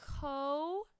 co